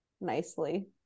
nicely